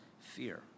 fear